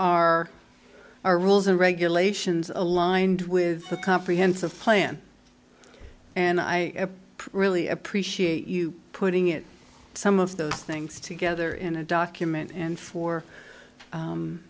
our our rules and regulations aligned with a comprehensive plan and i really appreciate you putting it some of those things together in a document and for